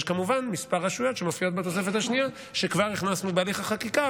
יש כמובן כמה רשויות שמופיעות בתוספת השנייה שכבר הכנסנו בהליך החקיקה,